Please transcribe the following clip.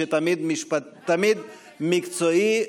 שתמיד מקצועי,